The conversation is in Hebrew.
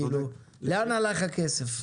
לאן הלך הכסף?